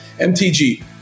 MTG